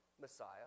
Messiah